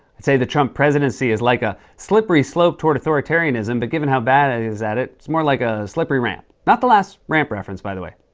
i'd say the trump presidency is like a slippery slope toward authoritarianism, but given how bad he is at it, it's more like a slippery ramp. not the last ramp reference, by the way.